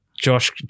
Josh